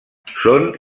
són